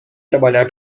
trabalhar